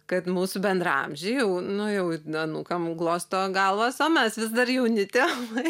kad mūsų bendraamžiai jau nu jau anūkam glosto galvas o mes vis dar jauni tėvai